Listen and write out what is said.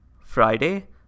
Friday